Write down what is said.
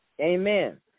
Amen